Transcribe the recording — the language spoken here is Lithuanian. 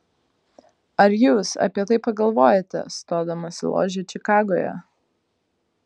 ar jūs apie tai pagalvojote stodamas į ložę čikagoje